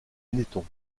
benetton